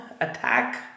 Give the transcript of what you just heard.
attack